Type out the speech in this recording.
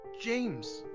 James